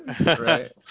Right